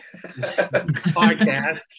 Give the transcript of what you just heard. podcast